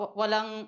walang